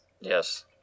Yes